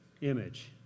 image